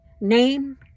name